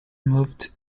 moved